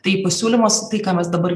tai pasiūlymas tai ką mes dabar